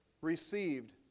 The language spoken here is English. received